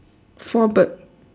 four bird